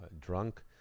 drunk